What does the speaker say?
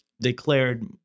declared